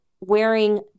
wearing